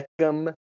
Beckham